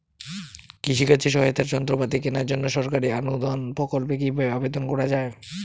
কৃষি কাজে সহায়তার যন্ত্রপাতি কেনার জন্য সরকারি অনুদান প্রকল্পে কীভাবে আবেদন করা য়ায়?